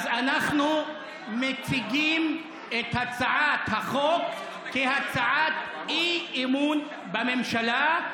אנחנו מציגים את הצעת החוק כהצעת אי-אמון בממשלה.